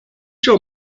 show